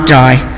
die